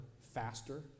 faster